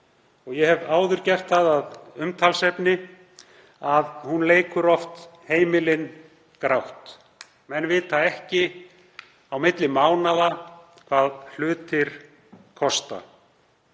Ég hef áður gert það að umtalsefni að hún leikur oft heimilin grátt. Menn vita ekki á milli mánaða hvað hlutir kosta.